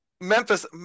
Memphis